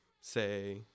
say